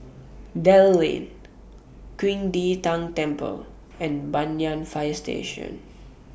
Dell Lane Qing De Tang Temple and Banyan Fire Station